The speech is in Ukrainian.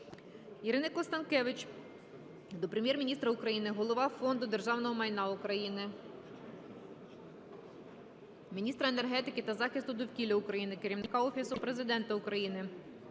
Ірини Констанкевич до Прем'єр-міністра України, голови Фонду державного майна України, міністра енергетики та захисту довкілля України, керівника Офісу Президента України